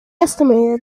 estimated